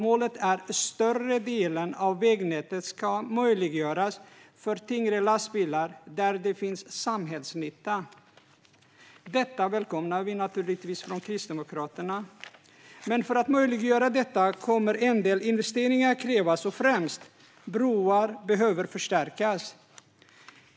Målet är att större delen av vägnätet ska tillgängliggöras för tyngre lastbilar där det finns samhällsnytta. Detta välkomnar vi naturligtvis från Kristdemokraterna. För att möjliggöra detta kommer dock en del investeringar att krävas, och främst broar behöver förstärkas.